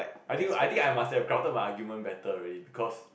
I think I think I must have gotten my argument better already because